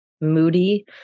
moody